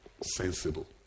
sensible